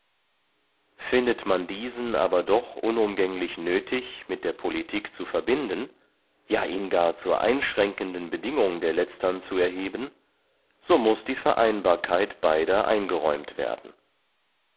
findet man diesen aber doch unumgänglich nöthig mit der politik zu verbinden ja ihn gar zur einschränkenden bedingung der letztern zu erheben so muß die vereinbarkeit beyder eingeräumt werden